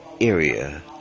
area